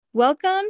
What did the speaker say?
Welcome